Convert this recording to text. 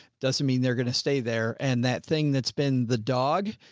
doesn't mean they're going to stay there. and that thing that's been the dog.